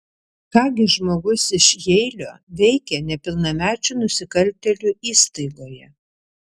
ką gi žmogus iš jeilio veikia nepilnamečių nusikaltėlių įstaigoje